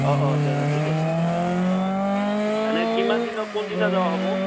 অ অ দে দে ঠিক আছে ঠিক আছে বাৰু অ অ অ অ এনে কিমান দিনা কোনদিনা যোৱা হ'ব